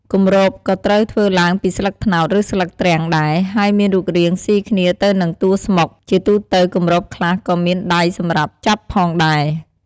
គម្របក៏ត្រូវធ្វើឡើងពីស្លឹកត្នោត ឬស្លឹកទ្រាំងដែរ ហើយមានរូបរាងស៊ីគ្នាទៅនឹងតួស្មុក ជាទូទៅគម្របខ្លះក៏មានដៃសម្រាប់ចាប់ផងដែរ។